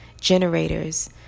generators